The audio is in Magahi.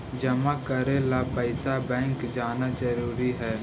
जमा करे ला पैसा बैंक जाना जरूरी है?